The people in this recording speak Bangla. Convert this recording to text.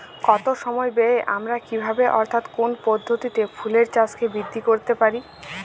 কম সময় ব্যায়ে আমরা কি ভাবে অর্থাৎ কোন পদ্ধতিতে ফুলের চাষকে বৃদ্ধি করতে পারি?